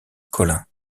collin